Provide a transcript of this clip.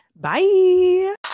Bye